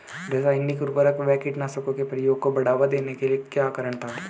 रासायनिक उर्वरकों व कीटनाशकों के प्रयोग को बढ़ावा देने का क्या कारण था?